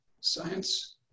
science